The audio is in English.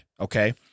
Okay